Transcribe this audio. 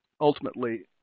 ultimately